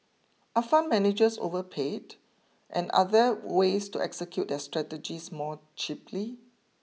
are fund managers overpaid and are there ways to execute their strategies more cheaply